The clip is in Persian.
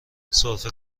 سرفه